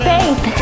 Faith